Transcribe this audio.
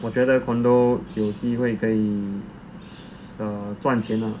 我觉得 condo 有机会可以赚钱呢